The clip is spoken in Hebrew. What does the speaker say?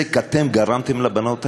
נזק אתם גרמתם לבנות האלה,